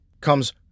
comes